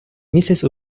місяць